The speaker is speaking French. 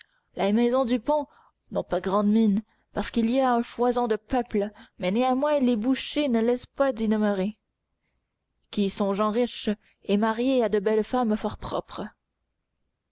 les maisons du pont n'ont pas grande mine parce qu'il y a foison de peuple mais néanmoins les bouchers ne laissent pas d'y demeurer qui sont gens riches et mariés à de belles femmes fort propres